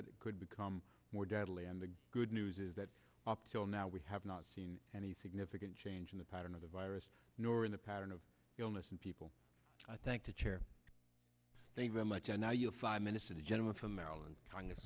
that it could become more deadly and the good news is that up till now we have not seen any significant change in the pattern of the virus nor in the pattern of illness and people i thank the chair they very much and now you have five minutes to the gentleman from maryland